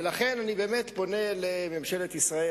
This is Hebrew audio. ולכן, אני באמת פונה אל ממשלת ישראל.